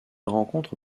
rencontre